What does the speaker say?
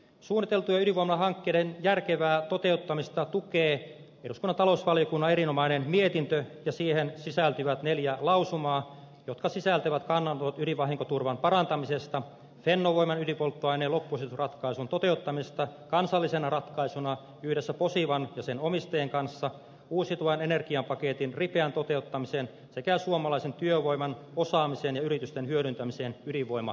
suunniteltujen ydinvoimalahankkeiden järkevää toteuttamista tukee eduskunnan talousvaliokunnan erinomainen mietintö ja siihen sisältyvät neljä lausumaa jotka sisältävät kannanotot ydinvahinkoturvan parantamisesta fennovoiman ydinpolttoaineen loppusijoitusratkaisun toteuttamisesta kansallisena ratkaisuna yhdessä posivan ja sen omistajien kanssa uusiutuvan energiapaketin ripeästä toteuttamisesta sekä suomalaisen työvoiman osaamisen ja yritysten hyödyntämisestä ydinvoimahankkeessa